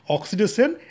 Oxidation